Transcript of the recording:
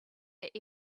that